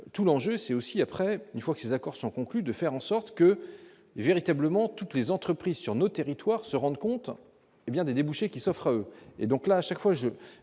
tout danger c'est aussi après, il faut que ces accords sont conclus de faire en sorte que véritablement toutes les entreprises sur notre territoire, se rendent compte, hé bien des débouchés qui s'offre et donc là à chaque fois, je,